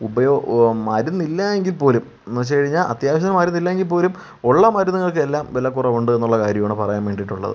ഉപയോ മരുന്നില്ല എങ്കിൽ പോലും എന്നു വെച്ചു കഴിഞ്ഞാൽ അത്യാവശ്യം മരുന്നില്ലെങ്കിൽ പോലും ഉള്ള മരുന്നുകൾക്കെല്ലാം വില കുറവുണ്ടെന്നുള്ള കാര്യമാണു പറയാൻ വേണ്ടിയിട്ടുള്ളത്